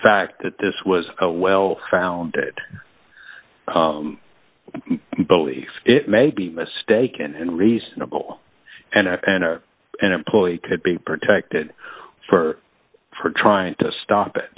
fact that this was a well founded belief it may be mistaken and reasonable and an employee could be protected for for trying to stop it